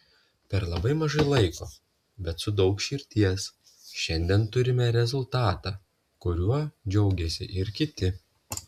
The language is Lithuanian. per labai mažai laiko bet su daug širdies šiandien turime rezultatą kuriuo džiaugiasi ir kiti